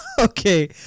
Okay